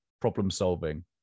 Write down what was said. problem-solving